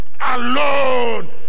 alone